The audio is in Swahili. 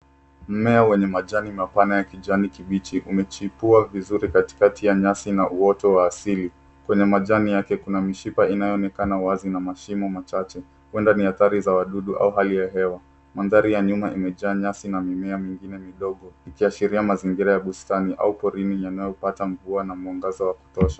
Mmea wenye majani mapana ya kijani kibichi umechipua vizuri katikati ya nyasi na uoto wa asili. Kwenye majani yake kuna mishipa inayoonekana wazi na mashimo machache, huenda ni athari za wadudu au hali ya hewa. Mandhari ya nyuma imejaa nyasi na mimea mingine midogo ikiashiria mazingira ya bustani au porini yanayopata mvua na mwangaza wa kutosha.